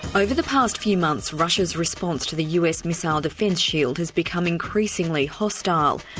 over the past few months, russia's response to the us missile defence shield has become increasingly hostile.